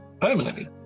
permanently